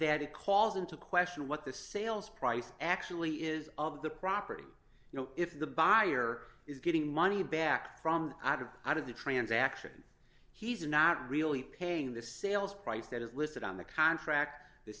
it calls into question what the sales price actually is of the property you know if the buyer is getting money back from the out of out of the transaction he's not really paying the sales price that is listed on the contract the